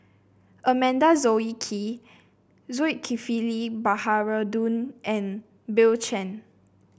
Amanda Zulkifli Baharudin and Bill Chen